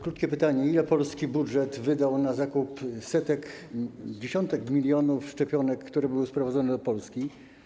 Krótkie pytanie: Ile wydano z polskiego budżetu na zakup setek, dziesiątek milionów szczepionek, które były sprowadzone do Polski?